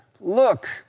look